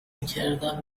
میکردم